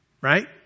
right